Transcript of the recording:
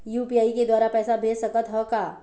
UPI के द्वारा पैसा भेज सकत ह का?